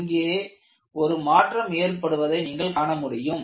இங்கே ஒரு மாற்றம் ஏற்படுவதை நீங்கள் காணமுடியும்